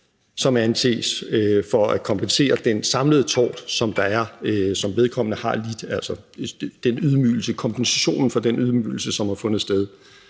som anses for at kompensere for den samlede tort, som vedkommende har lidt, altså kompensationen for den ydmygelse, som har fundet sted.